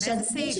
באיזה סעיף?